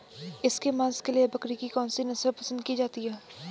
इसके मांस के लिए बकरी की कौन सी नस्ल पसंद की जाती है?